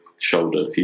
shoulder